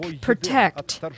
protect